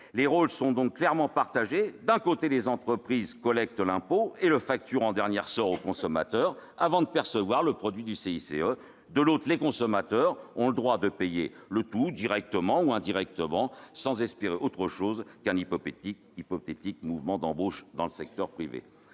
Les rôles sont donc clairement partagés : d'un côté, les entreprises collectent l'impôt et le facturent en dernier ressort au consommateur avant de percevoir le produit du CICE, de l'autre, les consommateurs ont le droit de payer le tout directement ou indirectement, sans espérer autre chose qu'un hypothétique mouvement d'embauche dans le secteur privé.